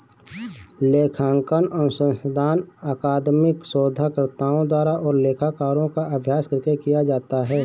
लेखांकन अनुसंधान अकादमिक शोधकर्ताओं द्वारा और लेखाकारों का अभ्यास करके किया जाता है